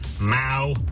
Mao